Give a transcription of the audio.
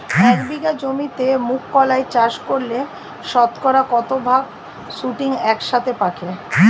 এক বিঘা জমিতে মুঘ কলাই চাষ করলে শতকরা কত ভাগ শুটিং একসাথে পাকে?